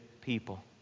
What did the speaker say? people